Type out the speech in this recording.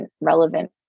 relevant